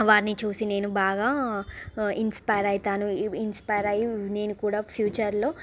వారిని చూసి నేను బాగా ఇన్స్పైయర్ అవుతాను ఇన్స్పైయర్ అయి నేను కూడా ఫ్యూచర్లో